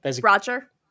Roger